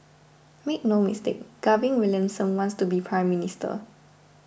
make no mistake Gavin Williamson wants to be Prime Minister